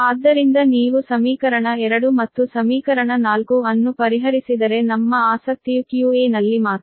ಆದ್ದರಿಂದ ನೀವು ಸಮೀಕರಣ 2 ಮತ್ತು ಸಮೀಕರಣ 4 ಅನ್ನು ಪರಿಹರಿಸಿದರೆ ನಮ್ಮ ಆಸಕ್ತಿಯು qa ನಲ್ಲಿ ಮಾತ್ರ